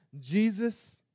Jesus